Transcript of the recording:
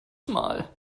mal